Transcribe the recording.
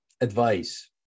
Advice